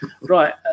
Right